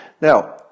Now